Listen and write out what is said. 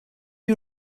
you